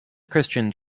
christians